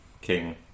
king